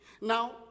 Now